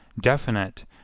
definite